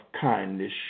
kindness